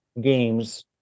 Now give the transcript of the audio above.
games